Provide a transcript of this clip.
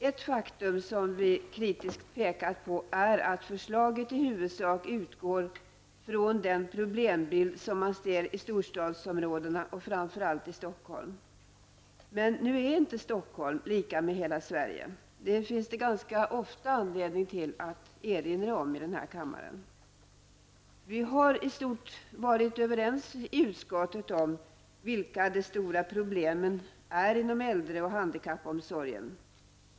Ett faktum som vi kritiskt pekat på är att förslaget i huvudsak utgår från den problembild man ser i storstadsområdena och framför allt i Stockholm. Men Stockholm är nu inte lika med hela Sverige. Det finns det ganska ofta anledning att erinra om i den här kammaren. Vi har i stort varit överens i utskottet om vilka de stora problemen är inom äldre och handikappomsorgen.